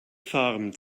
farm